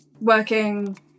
working